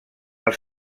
els